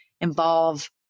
involve